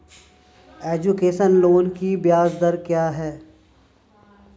Education loan की ब्याज दर क्या है?